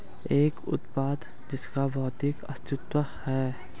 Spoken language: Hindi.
एक उत्पाद जिसका भौतिक अस्तित्व है?